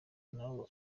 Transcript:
n’abo